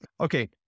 Okay